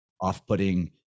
off-putting